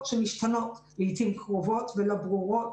שמשתנות לעתים קרובות והן לא ברורות,